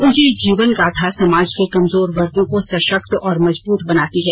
उनकी जीवन गाथा समाज के कमजोर वर्गों को सशक्त और मजबूत बनाती है